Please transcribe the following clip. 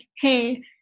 hey